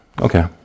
okay